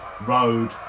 road